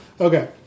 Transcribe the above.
okay